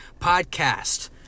podcast